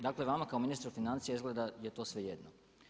Dakle vama kao ministru financija izgleda da je to svejedno.